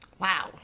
Wow